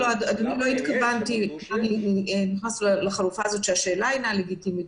לא התכוונתי שהשאלה אינה לגיטימית,